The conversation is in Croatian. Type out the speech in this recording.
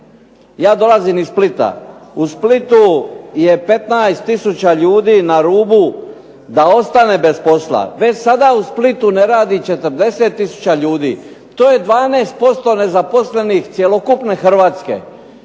ja dolazim iz Splita. U Splitu je 15 tisuća ljudi na rubu da ostane bez posla. Već sada u Splitu ne radi 40 tisuća ljudi. To je 12% nezaposlenih cjelokupne Hrvatske.